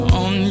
on